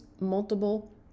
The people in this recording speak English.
multiple